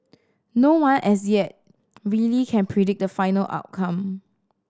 no one as yet really can predict the final outcome